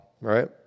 right